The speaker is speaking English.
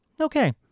okay